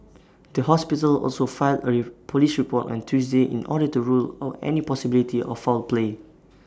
the hospital also filed A Police report on Tuesday in order to rule out any possibility of foul play